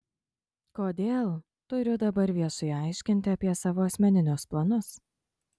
kodėl turiu dabar viešai aiškinti apie savo asmeninius planus